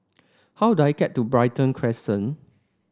how do I get to Brighton Crescent